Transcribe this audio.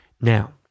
Now